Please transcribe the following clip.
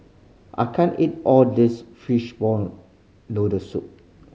I can't eat all this fishball noodle soup